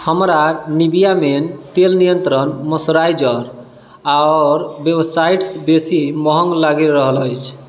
हमरा Nivea men तेल नियंत्रण मॉइस्चराइजर आओर वेबसाइटसँ बेसी महग लागि रहल अछि